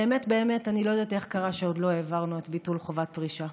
באמת באמת אני לא יודעת איך קרה שעוד לא העברנו את ביטול חובת הפרישה.